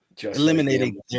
eliminating